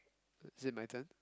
is it my turn